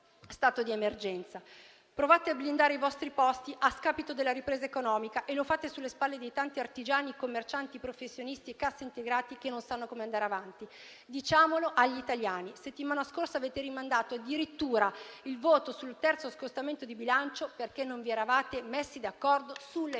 stato d'emergenza. Provate a blindare i vostri posti a scapito della ripresa economica e lo fate sulle spalle di tanti artigiani, commercianti, professionisti e cassaintegrati che non sanno come andare avanti. Diciamolo agli italiani: la settimana scorsa avete rimandato addirittura il voto sul terzo scostamento di bilancio, perché non vi eravate messi d'accordo sulle